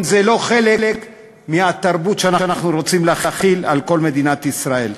אם זה לא חלק מהתרבות שאנחנו רוצים להחיל על כל מדינת ישראל?